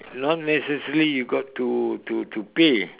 not necessary you got to to to pay